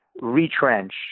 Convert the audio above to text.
retrench